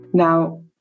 Now